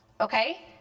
okay